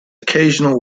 occasional